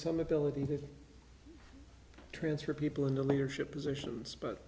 some ability to transfer people in the leadership positions but